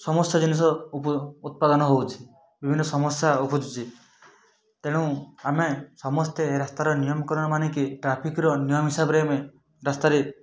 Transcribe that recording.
ସମସ୍ୟା ଜିନିଷ ଉ ଉତ୍ପାଦନ ହଉଛି ବିଭିନ୍ନ ସମସ୍ୟା ଉପୁଜୁଛି ତେଣୁ ଆମେ ସମସ୍ତେ ରାସ୍ତାର ନିୟମ କାନୁନ୍ ମାନିକି ଟ୍ରାଫିକର ନିୟମ ହିସାବରେ ଆମେ ରାସ୍ତାରେ